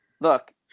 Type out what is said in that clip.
Look